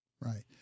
Right